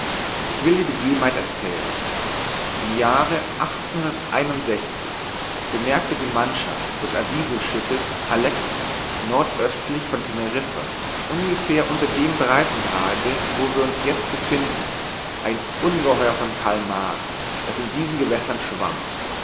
ich will die begebenheit erzählen im jahre bemerkte die mannschaft des avisoschiffes alecton nordöstlich von teneriffa ungefähr unter dem breitegrade wo wir uns jetzt befinden ein ungeheuer von kalmar das in diesen gewässern schwamm